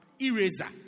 eraser